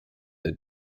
the